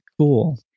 cool